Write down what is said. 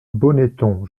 bonneton